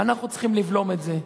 ואנחנו צריכים לבלום את זה.